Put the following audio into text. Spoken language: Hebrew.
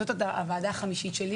זו הוועדה החמישית שלי,